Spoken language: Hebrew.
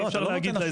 אי אפשר להגיד --- לא.